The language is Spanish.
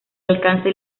alcanza